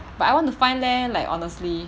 but I want to find leh like honestly